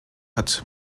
hat